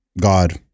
God